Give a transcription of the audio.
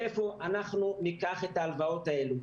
מאיפה ניקח את ההלוואות האלה?